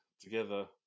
together